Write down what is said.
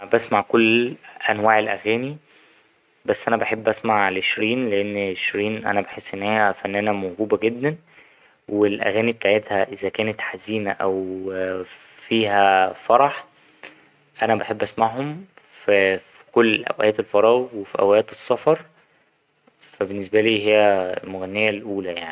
أنا بسمع كل أنواع الأغاني بس أنا بحب أسمع لشيرين لأن شيرين أنا بحس إن هي فنانة موهوبة جدا والأغاني بتاعتها إذا كانت حزينة أو فيها فرح أنا بحب أسمعهم فاـ في كل أوقات الفراغ وأوقات السفر فا بالنسبالي هي المغنية الأولى يعني.